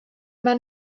man